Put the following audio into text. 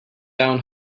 down